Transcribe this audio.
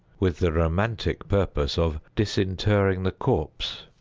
with the romantic purpose of disinterring the corpse,